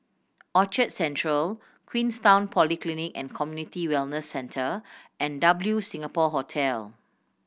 Orchard Central Queenstown Polyclinic and Community Wellness Centre and W Singapore Hotel